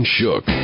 Shook